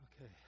Okay